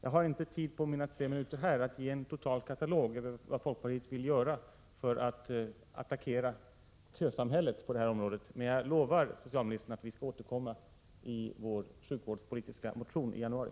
Jag har inte tid att på mina tre minuter ge en total katalog över vad folkpartiet vill göra för att attackera kösamhället på detta område, men jag lovar socialministern att vi skall återkomma i vår sjukvårdspolitiska motion i januari.